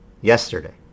yesterday